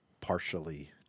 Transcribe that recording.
partially